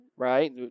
Right